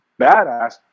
badass